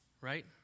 right